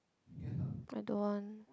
I don't want